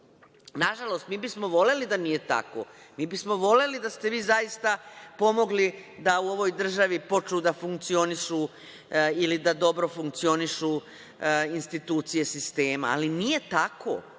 Nažalost, mi bismo voleli da nije tako. Mi bismo voleli da ste vi zaista pomogli da u ovoj državi počnu da funkcionišu ili da dobro funkcionišu institucije sistema, ali nije tako.